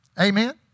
Amen